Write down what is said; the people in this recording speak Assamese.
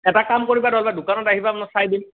এটা কাম কৰিবা নহ'লেবা দোকানত আহিবা মই চাই দিম